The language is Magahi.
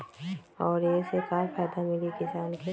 और ये से का फायदा मिली किसान के?